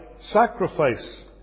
sacrifice